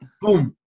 boom